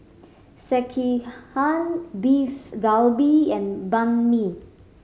Sekihan Beef Galbi and Banh Mi